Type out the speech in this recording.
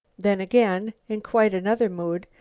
then again, in quite another mood,